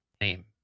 name